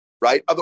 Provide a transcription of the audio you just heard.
right